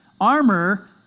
Armor